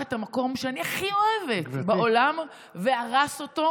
את המקום שאני הכי אוהבת בעולם והרס אותו,